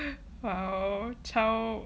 !wow! chow